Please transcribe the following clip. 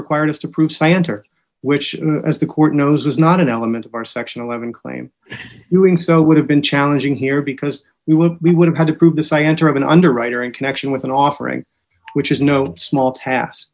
required us to prove scienter which as the court knows is not an element of our section eleven claim doing so would have been challenging here because we would we would have had to prove this i enter of an underwriter in connection with an offering which is no small tas